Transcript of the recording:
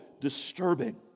disturbing